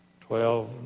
twelve